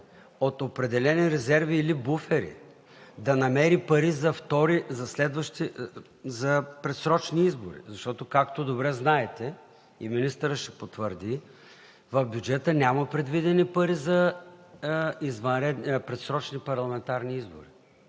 от определени резерви или буфери да намери пари за предсрочни избори. Защото, както добре знаете – и министърът ще потвърди, в бюджета няма предвидени пари за предсрочни парламентарни избори.